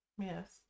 yes